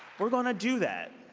we're going to do that.